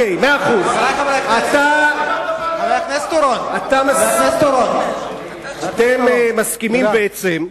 למה לקחתם מהערבים את המדינה, אתם מסכימים בעצם,